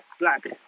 black